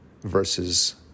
versus